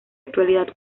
actualidad